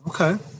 okay